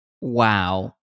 Wow